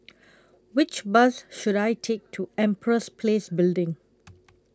Which Bus should I Take to Empress Place Building